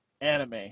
anime